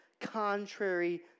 contrary